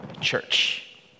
church